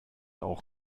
auch